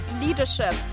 Leadership